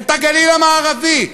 את גליל מערבי?